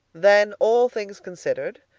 then, all things considered,